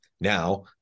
Now